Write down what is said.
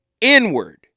inward